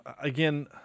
again